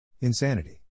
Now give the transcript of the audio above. Insanity